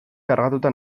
kargatuta